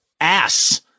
ass